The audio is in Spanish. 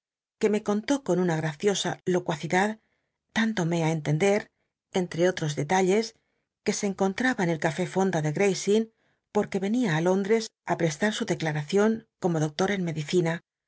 que me con tó con una graciosa locuacidad liindome í entender entre otros detalles que se encontraba en el café fonda de gmys inn porque venía á ds á prestar su dcclaracion como doctor en medicina